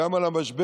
גם על המשבר,